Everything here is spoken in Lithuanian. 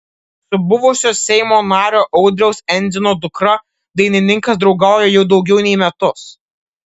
su buvusio seimo nario audriaus endzino dukra dainininkas draugauja jau daugiau nei metus